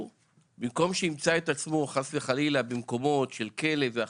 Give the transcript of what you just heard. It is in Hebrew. במקום שימצא את עצמו חס וחלילה במקומות של כלא ואחרים,